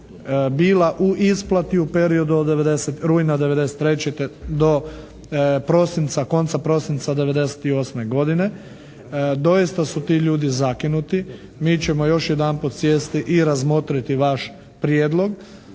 bila u isplati u periodu od rujna 1993. do prosinca, konca prosinca 1998. godine. Doista su ti ljudi zakinuti. Mi ćemo još jedanput sjesti i razmotriti vaš prijedlog.